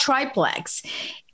triplex